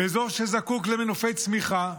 באזור שזקוק למנופי צמיחה,